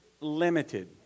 limited